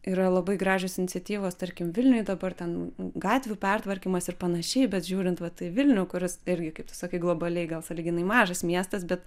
yra labai gražios iniciatyvos tarkim vilniuj dabar ten gatvių pertvarkymas ir panašiai bet žiūrint vat į vilnių kuris irgi kaip tu sakai globaliai gal sąlyginai mažas miestas bet